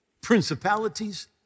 principalities